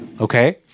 Okay